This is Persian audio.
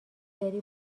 داری